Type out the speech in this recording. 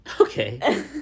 Okay